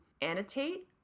annotate